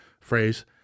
phrase